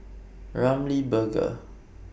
Ramly Burger